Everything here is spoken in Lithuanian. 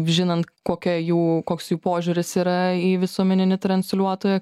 žinant kokia jų koks jų požiūris yra į visuomeninį transliuotoją